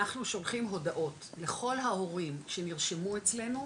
אנחנו שולחים הודעות לכל ההורים שנרשמו אצלנו,